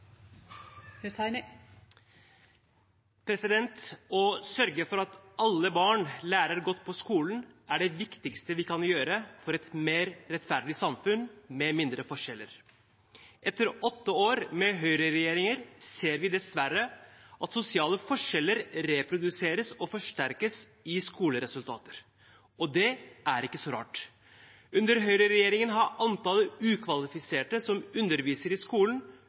det viktigste vi kan gjøre for et mer rettferdig samfunn med mindre forskjeller. Etter åtte år med høyreregjeringer ser vi dessverre at sosiale forskjeller reproduseres og forsterkes i skoleresultater. Det er ikke så rart. Under høyreregjeringen har antallet ukvalifiserte som underviser i skolen,